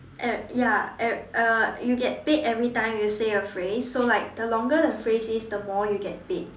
uh ya uh uh you get paid every time you say a phrase so like the longer the phrase is the more you get paid